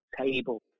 table